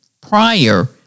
prior